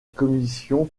commission